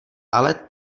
ale